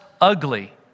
ugly